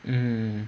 um